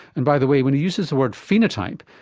and by the way, when he uses the word phenotype,